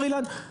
בר-אילן.